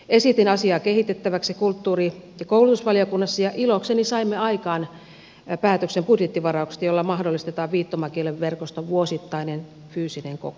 esitin asiaa kehitettäväksi kulttuuri ja koulutusvaliokunnassa ja ilokseni saimme aikaan päätöksen budjettivarauksesta jolla mahdollistetaan viittomakielen verkoston vuosittainen fyysinen kokous